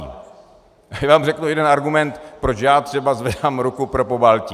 Já vám řeknu jeden argument, proč já třeba zvedám ruku pro Pobaltí.